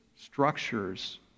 structures